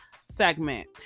segment